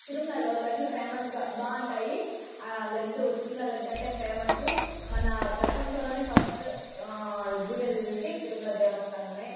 తిరుమలాలో లడ్లు ఫేమస్గా బావుంటాయి లడ్డు తిరుమల లడ్డు అంటే ఫేమస్సు మన ప్రపంచంలోనే ఫస్టు గుడి ఏదంటే తిరుమల దేవస్థానమే